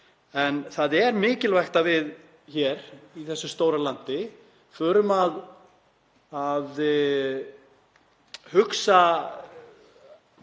en það er mikilvægt að við í þessu stóra landi förum að hugsa